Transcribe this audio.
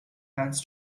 hands